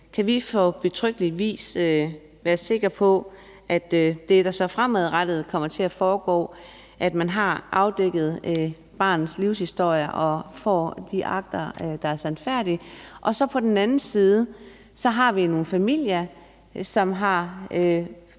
om vi på betryggende vis kan være sikre på, at man i det, der så fremadrettet kommer til at foregå, har afdækket barnets livshistorie og får de akter, der er sandfærdige. På den anden side har vi nogle familier, som har